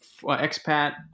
expat